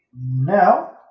Now